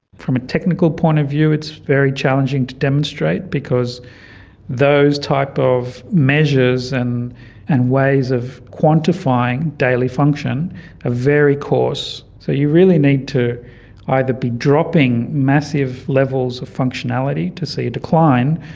from a technical point of view it's very challenging to demonstrate because those type of measures and and ways of quantifying daily function are ah very coarse. so you really need to either be dropping massive levels of functionality to see a decline,